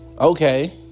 Okay